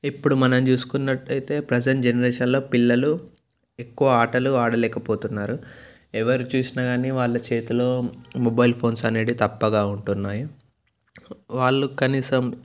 ఇప్పుడు మనం చూసుకున్నట్టయితే ప్రెసెంట్ జనరేషన్లో పిల్లలు ఎక్కువ ఆటలు ఆడలేకపోతున్నారు ఎవరు చూసినాగాని వాళ్ళ చేతిలో మొబైల్ ఫోన్స్ అనేటివి తప్పగా ఉంటున్నాయి వాళ్ళు కనీసం